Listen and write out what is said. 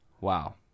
Wow